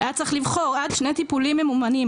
היה צריך לבחור עד שני טיפולים ממומנים.